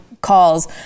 calls